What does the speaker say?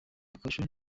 akarusho